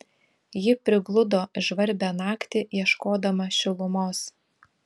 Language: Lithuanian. ji prigludo žvarbią naktį ieškodama šilumos